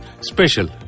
special